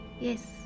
Yes